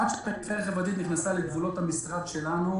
עד שהפריפריה החברתית נכנסה לגבולות המשרד שלנו